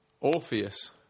Orpheus